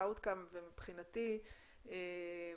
מבחינתי אני